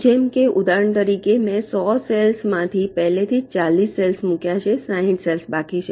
જેમ કે ઉદાહરણ તરીકે મેં 100 સેલ્સ માંથી પહેલેથી જ 40 સેલ્સ મૂક્યા છે 60 બાકી છે